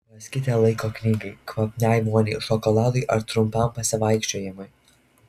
raskite laiko knygai kvapniai voniai šokoladui ar trumpam pasivaikščiojimui